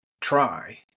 try